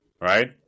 Right